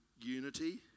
unity